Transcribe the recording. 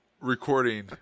recording